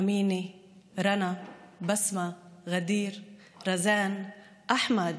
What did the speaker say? אמיני, רנא, בסמה, ע'דיר, רזאן, אחמד,